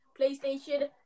playstation